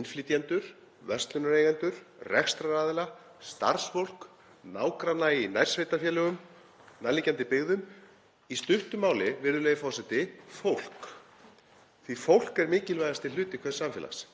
innflytjendur, verslunareigendur, rekstraraðila, starfsfólk, nágranna í nærsveitarfélögum og nærliggjandi byggðum. Í stuttu máli, virðulegi forseti, fólk. Fólk er mikilvægasti hluti hvers samfélags.